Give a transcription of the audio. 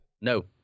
No